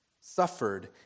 suffered